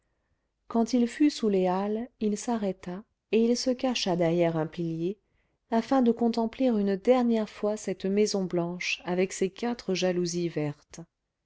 quand il fut sous les halles il s'arrêta et il se cacha derrière un pilier afin de contempler une dernière fois cette maison blanche avec ses quatre jalousies vertes